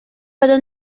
però